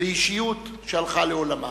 לאישיות שהלכה לעולמה.